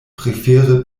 prefere